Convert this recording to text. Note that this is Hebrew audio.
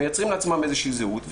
הם מייצרים לעצמם איזושהי זהות,